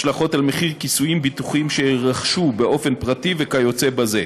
השלכות על מחיר כיסויים ביטוחיים שיירכשו באופן פרטי וכיוצא בזה.